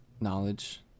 knowledge